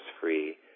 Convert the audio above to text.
free